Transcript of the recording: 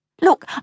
Look